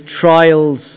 trials